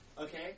okay